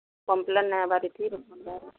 complain ନାଇଁ ବାହାରୁଛି